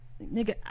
nigga